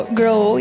grow